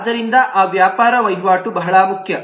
ಆದ್ದರಿಂದ ಆ ವ್ಯಾಪಾರ ವಹಿವಾಟು ಬಹಳ ಮುಖ್ಯ